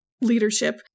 leadership